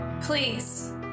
Please